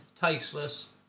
tasteless